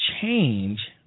change